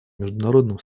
международным